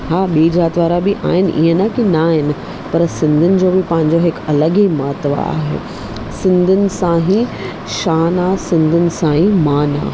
हा बि जात वारा बि आहिनि ईअं न की न आहिनि पर सिंधीयुनि जो बि पंहिंजो हिकु अलॻि ई महत्व आहे सिंधीयुनि सा ई शान आहे सिंधियुनि सां ई मान आहे